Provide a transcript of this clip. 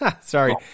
sorry